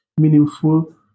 meaningful